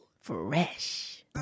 Fresh